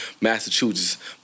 Massachusetts